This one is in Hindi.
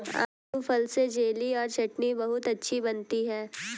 आड़ू फल से जेली और चटनी बहुत अच्छी बनती है